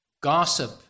gossip